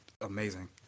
amazing